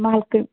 محلہ کٔہ